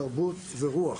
תרבות ורוח,